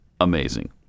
Amazing